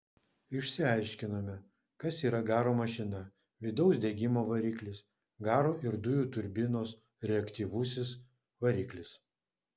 išsiaiškinome kas yra garo mašina vidaus degimo variklis garo ir dujų turbinos reaktyvusis variklis